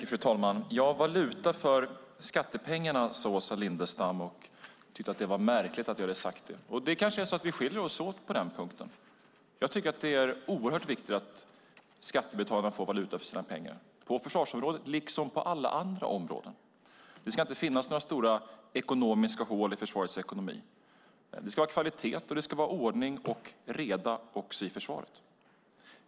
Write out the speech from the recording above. Fru talman! Valuta för skattepengarna, sade Åsa Lindestam och tyckte att det var märkligt att jag hade sagt det. Och det kanske är så att vi skiljer oss åt på den punkten. Jag tycker att det är oerhört viktigt att skattebetalarna får valuta för sina pengar, på försvarsområdet liksom på alla andra områden. Det ska inte finnas några stora hål i försvarets ekonomi. Det ska vara kvalitet, och det ska vara ordning och reda också i försvaret.